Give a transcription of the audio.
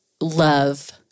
Love